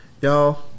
y'all